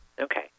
Okay